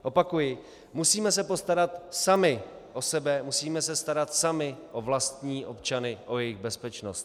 Opakuji, musíme se postarat sami o sobe, musíme se starat sami o vlastní občany, o jejich bezpečnost.